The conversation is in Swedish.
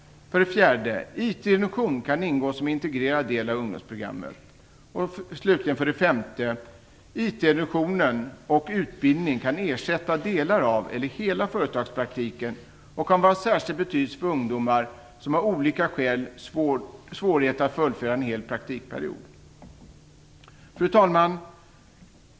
4. IT-introduktionen kan ingå som en integrerad del av ungdomsprogrammet. 5. IT-introduktionen och utbildning kan ersätta delar av eller hela företagspraktiken och kan vara av särskild betydelse för ungdomar som av olika skäl har svårighet att fullfölja en hel praktikperiod. Fru talman!